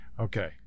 Okay